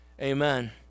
Amen